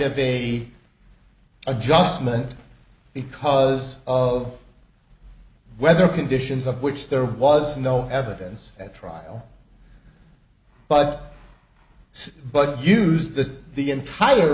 of a adjustment because of weather conditions of which there was no evidence at trial but but use that the entire